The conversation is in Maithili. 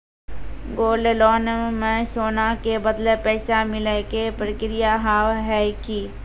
गोल्ड लोन मे सोना के बदले पैसा मिले के प्रक्रिया हाव है की?